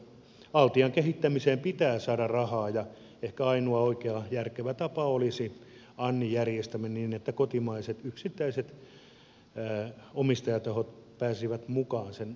altian kehittämiseen pitää saada rahaa ja ehkä ainoa oikea järkevä tapa olisi annin järjestäminen niin että kotimaiset yksittäiset omistajatahot pääsisivät mukaan sen omistajiksi